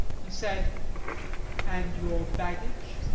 he said and your baggage?